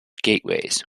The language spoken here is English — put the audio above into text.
gateways